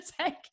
take